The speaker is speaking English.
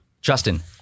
Justin